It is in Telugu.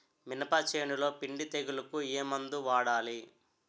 మినప చేనులో పిండి తెగులుకు ఏమందు వాడాలి?